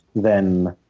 then